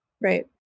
Right